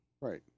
Right